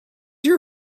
your